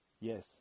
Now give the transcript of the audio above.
Yes